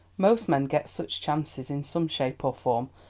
most men get such chances in some shape or form,